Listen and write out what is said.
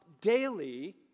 daily